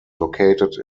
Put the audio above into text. located